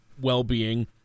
well-being